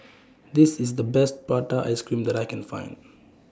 This IS The Best Prata Ice Cream that I Can Find